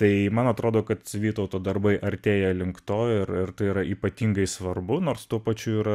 tai man atrodo kad vytauto darbai artėja link to ir ir tai yra ypatingai svarbu nors tuo pačiu yra